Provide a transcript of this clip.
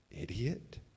idiot